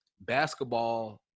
basketball –